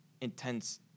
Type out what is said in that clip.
intense